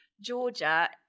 Georgia